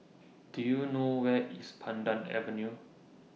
Do YOU know Where IS Pandan Avenue